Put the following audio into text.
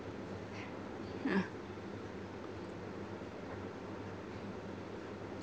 ah